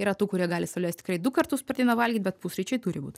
yra tų kurie gali sau leist tikrai du kartus per dieną valgyt bet pusryčiai turi būt